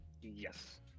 yes